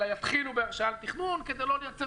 אלא יתחילו בהרשאת תכנון כדי לא לייצר